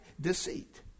deceit